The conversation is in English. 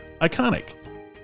Iconic